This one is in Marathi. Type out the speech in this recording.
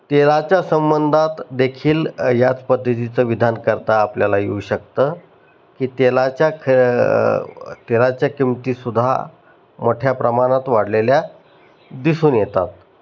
तेलाच्या संबंधात देखील याच पद्धतीचं विधान करता आपल्याला येऊ शकतं की तेलाच्या खेळ तेलाच्या किंमतीसुद्धा मोठ्या प्रमाणात वाढलेल्या दिसून येतात